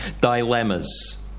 Dilemmas